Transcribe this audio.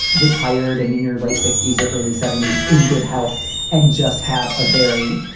retired and in your late sixty s, early seventy s in good health and just have a very,